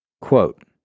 Quote